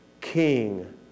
king